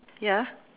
ya